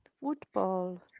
Football